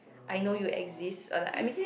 I know you exist uh like I mean